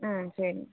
ம் சரிங்க